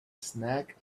snack